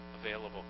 available